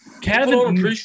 Kevin